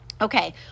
okay